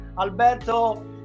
alberto